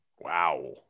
Wow